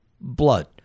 blood